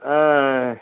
ஆ